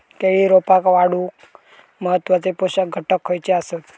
केळी रोपा वाढूक महत्वाचे पोषक घटक खयचे आसत?